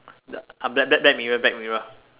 bl~ black black mirror black mirror